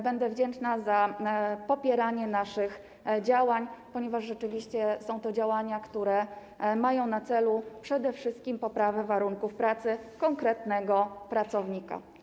Będę wdzięczna za popieranie naszych działań, ponieważ są to działania, które mają na celu przede wszystkim poprawę warunków pracy konkretnego pracownika.